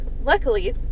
Luckily